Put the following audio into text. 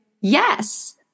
Yes